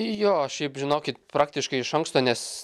jo šiaip žinokit praktiškai iš anksto nes